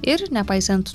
ir nepaisant